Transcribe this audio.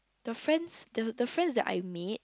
the friends the the friends that I made